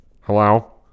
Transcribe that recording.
hello